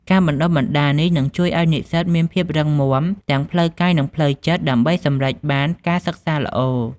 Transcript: ការបណ្ដុះបណ្ដាលនេះនឹងជួយឱ្យនិស្សិតមានភាពរឹងមាំទាំងផ្លូវកាយនិងផ្លូវចិត្តដើម្បីសម្រេចបានការសិក្សាល្អ។